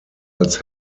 als